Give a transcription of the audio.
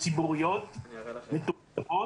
ציבוריות מתוקצבות,